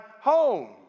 home